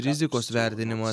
rizikos vertinimas